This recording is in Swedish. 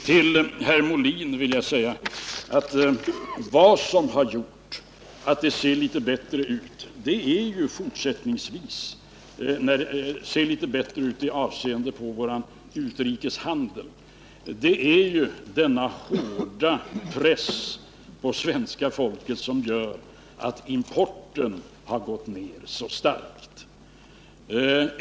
Till herr Molin vill jag säga att vad som gjort att det ser litet bättre ut i avseende på vår utrikeshandel, det är ju att den hårda pressen på svenska folket har medfört att importen har gått ner så starkt.